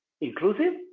inclusive